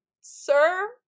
sir